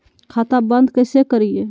खाता बंद कैसे करिए?